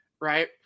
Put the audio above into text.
Right